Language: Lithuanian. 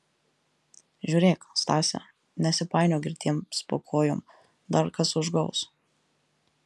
žiūrėk stase nesipainiok girtiems po kojom dar kas užgaus